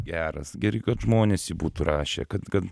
geras geri kad žmonės jį būtų rašę kad kad